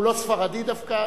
הוא לא ספרדי דווקא,